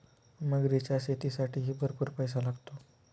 मगरीच्या शेतीसाठीही भरपूर पैसा लागतो